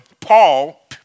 Paul